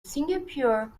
singapore